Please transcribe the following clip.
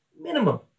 minimum